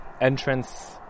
entrance